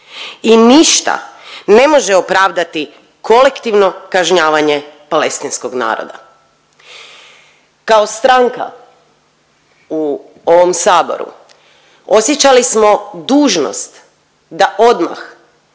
i ništa ne može opravdati kolektivno kažnjavanje palestinskog naroda.“. Kao stranka u ovom Saboru osjećali smo dužnost da odmah